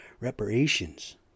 Reparations